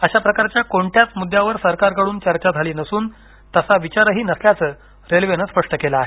अशा प्रकारच्या कोणत्याच मुद्द्यावर सरकारकरुन चर्चा झाली नसून तसा विचारही नसल्याचं रेल्वेनं स्पष्ट केलं आहे